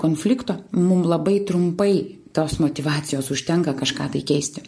konflikto mum labai trumpai tos motyvacijos užtenka kažką tai keisti